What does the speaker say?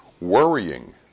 Worrying